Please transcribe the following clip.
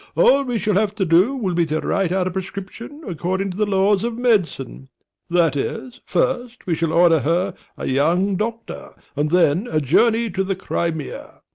all we shall have to do will be to write out a prescription according to the laws of medicine that is, first, we shall order her a young doctor, and then a journey to the crimea.